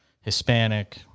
Hispanic